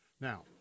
Now